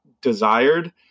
desired